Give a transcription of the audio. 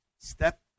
step